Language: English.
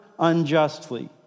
Unjustly